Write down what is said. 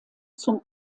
zum